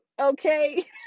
okay